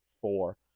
four